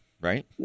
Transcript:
right